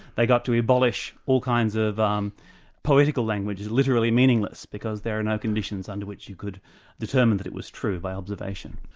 they got to abolish all kinds of um poetical language, literally meaningless, because there are no conditions under which you could determine that it was true by observation.